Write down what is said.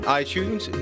iTunes